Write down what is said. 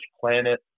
planet